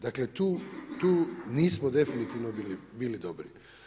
Dakle, tu nismo definitivno bili dobri.